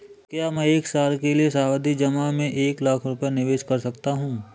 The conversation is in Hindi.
क्या मैं एक साल के लिए सावधि जमा में एक लाख रुपये निवेश कर सकता हूँ?